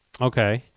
okay